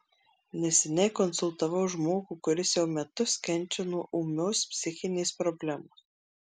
neseniai konsultavau žmogų kuris jau metus kenčia nuo ūmios psichinės problemos